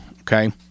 okay